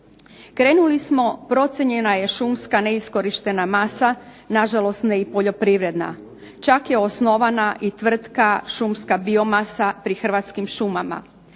Krenuli smo procijenjena je šumska neiskorištena masa, na žalost ne i poljoprivredna, čak je i osnovana tvrtka Šumska biomasa pri Hrvatskim šumama.